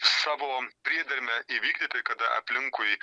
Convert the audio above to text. savo priedermę įvykdyti kada aplinkui